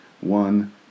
one